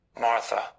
Martha